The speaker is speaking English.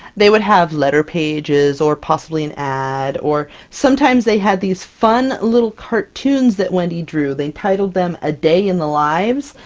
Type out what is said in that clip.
they would have letter pages, or possibly an ad, or sometimes they had these fun little cartoons that wendy drew. they titled them, a day in the lives,